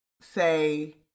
say